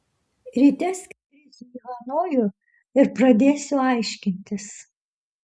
ryte skrisiu į hanojų ir pradėsiu aiškintis